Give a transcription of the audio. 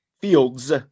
Fields